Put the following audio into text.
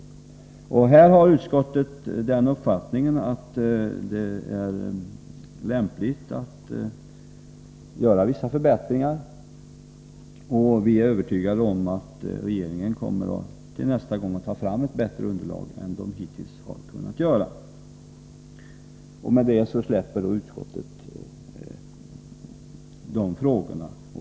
Här har utskottet uppfattningen att det är lämpligt att göra vissa förbättringar. Vi är övertygade om att regeringen till nästa gång frågan skall behandlas kommer att ta fram ett bättre underlag än den hittills kunnat göra. Med detta släpper utskottet de frågorna.